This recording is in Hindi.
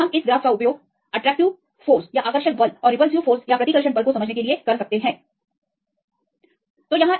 तो हम इस ग्राफ का उपयोग आकर्षक बल और प्रतिकर्षण बल को समझाने के लिए कर सकते हैं साथ ही शुद्ध बल